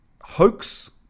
hoax